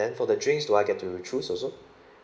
then for the drinks do I get to choose also